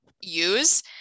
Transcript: use